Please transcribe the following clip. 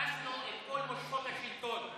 תפסנו את כל מושכות השלטון.